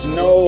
no